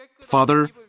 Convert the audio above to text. Father